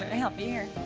ah help you.